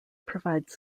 provides